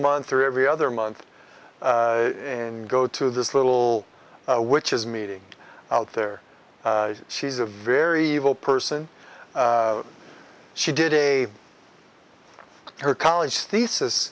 month or every other month and go to this little which is meeting out there she's a very evil person she did a her college thesis